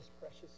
precious